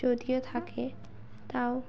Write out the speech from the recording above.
যদিও থাকে তাও